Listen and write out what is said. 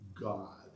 God